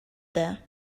there